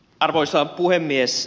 arvoisa puhemies